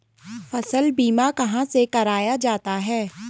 फसल बीमा कहाँ से कराया जाता है?